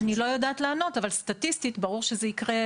אני לא יודעת לענות, אבל סטטיסטית ברור שזה יקרה.